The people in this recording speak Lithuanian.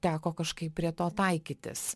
teko kažkaip prie to taikytis